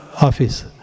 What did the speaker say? office